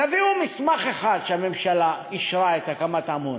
תביאו מסמך אחד שהממשלה אישרה את הקמת עמונה.